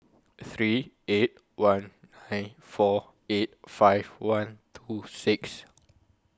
three eight one nine four eight five one two six